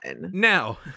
Now